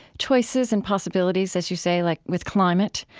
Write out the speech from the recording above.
choices and possibilities, as you say, like with climate,